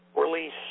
release